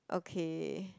okay